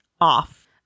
off